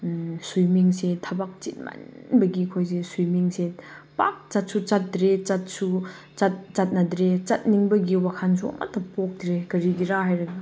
ꯁ꯭ꯋꯤꯃꯤꯡꯁꯦ ꯊꯕꯛ ꯆꯤꯟꯃꯟꯕꯒꯤ ꯑꯩꯈꯣꯏꯁꯦ ꯁ꯭ꯋꯤꯃꯤꯡꯁꯦ ꯄꯥꯛ ꯆꯠꯁꯨ ꯆꯠꯇ꯭ꯔꯦ ꯆꯠꯁꯨ ꯆꯠꯅꯗ꯭ꯔꯦ ꯆꯠꯅꯤꯡꯕꯒꯤ ꯋꯥꯈꯜꯁꯨ ꯑꯃꯠꯇ ꯄꯣꯛꯇ꯭ꯔꯦ ꯀꯔꯤꯒꯤꯔ ꯍꯥꯏꯔꯒ